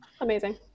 amazing